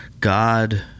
God